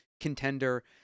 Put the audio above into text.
contender